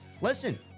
Listen